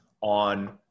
on